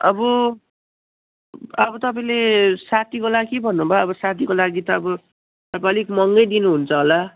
अब अब तपाईँले साथीको लागि भन्नुभयो अब साथीको लागि त अब तपाईँ अलिक महँगै लिनुहुन्छ होला